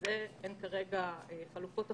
אתם הולכים לבקש לשנות את החוק?